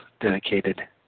dedicated